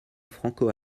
franco